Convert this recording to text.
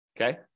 Okay